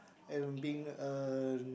and being uh